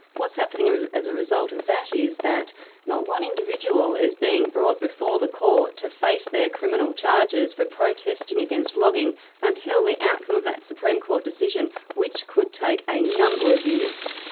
what's happening as a result of that is, that not one individual is being brought before the court to face their criminal charges for protesting against logging until the outcome of that supreme court decision which could take a number of years.